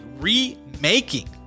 remaking